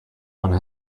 one